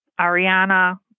Ariana